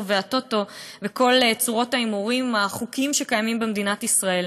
והטוטו וכל צורות ההימורים החוקיים שקיימות במדינת ישראל.